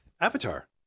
Avatar